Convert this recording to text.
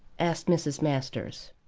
asked mrs. masters.